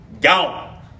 gone